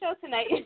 tonight